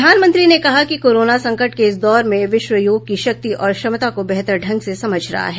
प्रधानमंत्री ने कहा कि कोरोना संकट के इस दौर में विश्व योग की शक्ति और क्षमता को बेहतर ढंग से समझ रहा है